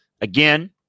again